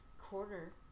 quarter